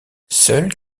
seules